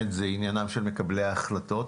זה עניינם של מקבלי ההחלטות,